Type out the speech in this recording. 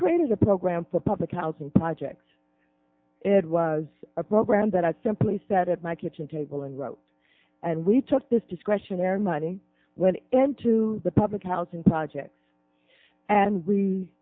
created a program for public housing projects it was a program that simply sat at my kitchen table and wrote and we took this discretionary money went into the public housing project and we